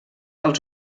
als